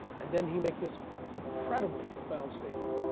and then he makes this incredibly profound statement.